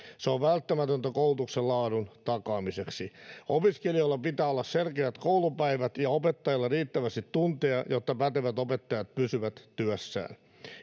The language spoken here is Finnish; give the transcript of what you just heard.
se on välttämätöntä koulutuksen laadun takaamiseksi opiskelijoilla pitää olla selkeät koulupäivät ja opettajilla riittävästi tunteja jotta pätevät opettajat pysyvät työssään